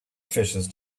fishes